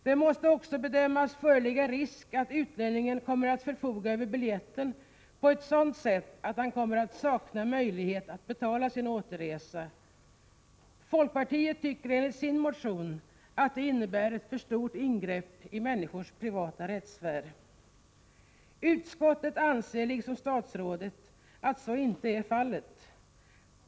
Det måste också bedömas föreligga risk att utlänningen kommer att förfoga över biljetten på ett sådant sätt att han kommer att sakna möjlighet att betala sin återresa. Folkpartiet anför i sin motion att förslaget, om det genomförs, innebär ett för stort ingrepp i människors privata rättssfär. Utskottet anser, liksom statsrådet, att så inte är fallet.